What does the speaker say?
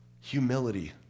humility